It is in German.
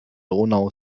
donau